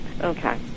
okay